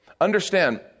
Understand